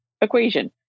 equation